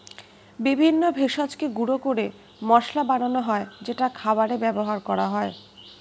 বিভিন্ন ভেষজকে গুঁড়ো করে মশলা বানানো হয় যেটা খাবারে ব্যবহার করা হয়